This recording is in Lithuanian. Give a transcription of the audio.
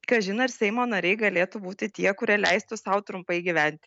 kažin ar seimo nariai galėtų būti tie kurie leistų sau trumpai gyventi